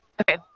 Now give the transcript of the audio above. Okay